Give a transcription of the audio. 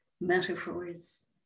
metaphors